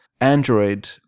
Android